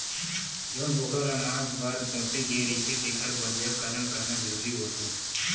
जउन बोकरा ल मांस बर पोसे गे रहिथे तेखर बधियाकरन करना जरूरी होथे